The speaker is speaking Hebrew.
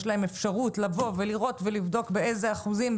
עסקים שיש להם אפשרות לבוא ולראות ולבדוק באיזה אחוזים,